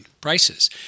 prices